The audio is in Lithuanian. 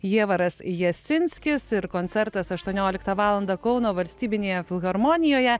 jievaras jasinskis ir koncertas aštuonioliktą valandą kauno valstybinėje filharmonijoje